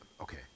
Okay